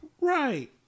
Right